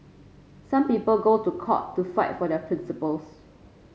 some people go to court to fight for their principles